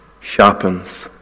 sharpens